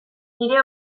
nire